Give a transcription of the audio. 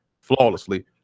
flawlessly